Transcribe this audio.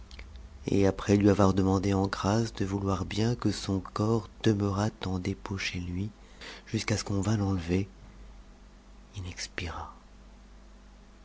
et après lui avoir demandé en grâce de vouloir bien que son corps demeurât en dépôt chez lui jusqu'à ce qu'on vint l'enlever il expira